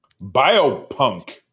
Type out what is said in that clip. Biopunk